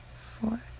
four